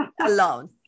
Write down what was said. Alone